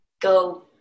go